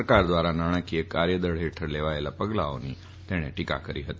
સરકાર દ્વારા નાણાકીય કાર્યદળ ફેઠળ લેવાયેલાં પગલાંઓની તેણે ટીકા કરી ફતી